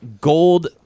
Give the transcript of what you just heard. Gold